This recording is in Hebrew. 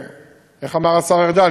איך אמר השר ארדן,